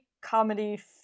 comedy